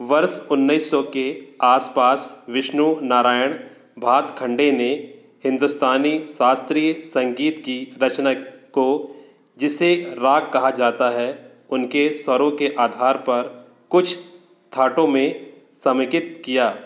वर्ष उन्नीस सौ के आसपास विष्णु नारायण भातखंडे ने हिंदुस्तानी शास्त्रीय संगीत की रचना को जिसे राग कहा जाता है उनके स्वरों के आधार पर कुछ थाटों में समेकित किया